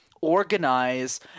organize